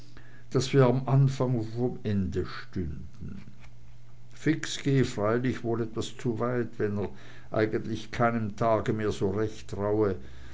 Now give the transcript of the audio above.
daß wir am anfang vom ende stünden fix gehe freilich wohl etwas zu weit wenn er eigentlich keinem tage mehr so recht traue